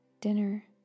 dinner